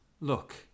look